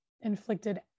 inflicted